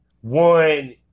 one